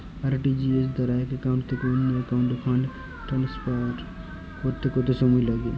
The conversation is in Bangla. আর.টি.জি.এস দ্বারা এক একাউন্ট থেকে অন্য একাউন্টে ফান্ড ট্রান্সফার করতে কত সময় লাগে?